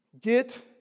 Get